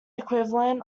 equivalent